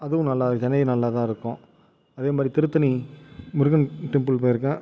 அதுவும் நல்லாதான் சென்னையும் நல்லாதான் இருக்கும் அதேமாதிரி திருத்தணி முருகன் டெம்பிள் போயிருக்கேன்